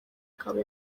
akaba